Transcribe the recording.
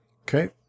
Okay